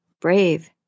brave